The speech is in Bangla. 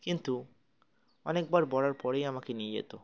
কিন্তু অনেকবার বলার পরেই আমাকে নিয়ে যেত